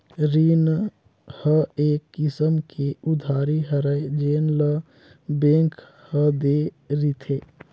रीन ह एक किसम के उधारी हरय जेन ल बेंक ह दे रिथे